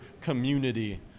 community